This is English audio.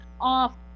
off